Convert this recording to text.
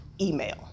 email